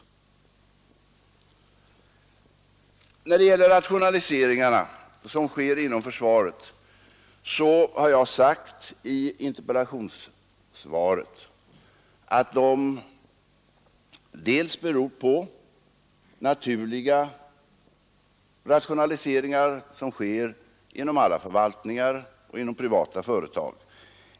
I fråga om de rationaliseringar som sker inom försvaret har jag sagt i interpellationssvaret att de delvis är sådana naturliga rationaliseringar som sker inom alla förvaltningar och inom privata företag.